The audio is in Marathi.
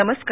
नमस्कार